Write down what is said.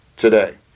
today